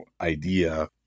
idea